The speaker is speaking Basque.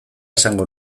esango